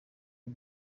ibi